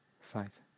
five